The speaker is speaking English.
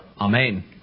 Amen